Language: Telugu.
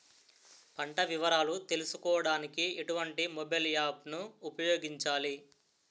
పంట వివరాలు తెలుసుకోడానికి ఎటువంటి మొబైల్ యాప్ ను ఉపయోగించాలి?